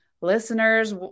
listeners